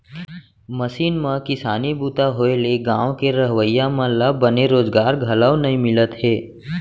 machine म किसानी बूता होए ले गॉंव के रहवइया मन ल बने रोजगार घलौ नइ मिलत हे